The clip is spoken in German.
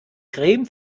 creme